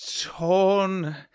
torn